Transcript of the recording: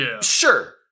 sure